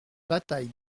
bataille